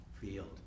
field